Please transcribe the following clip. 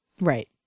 Right